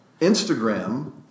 Instagram